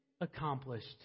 accomplished